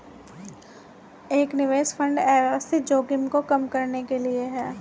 एक निवेश फंड अव्यवस्थित जोखिम को कम करने के लिए है